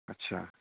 अच्छा